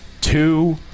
Two